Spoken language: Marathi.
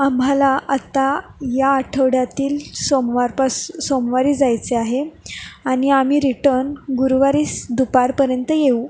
आम्हाला आत्ता या आठवड्यातील सोमवारपास सोमवारी जायचे आहे आणि आम्ही रिटन गुरुवारीस दुपारपर्यंत येऊ